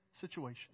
situation